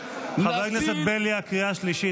חבר הכנסת בליאק, קריאה שלישית.